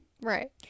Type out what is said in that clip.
Right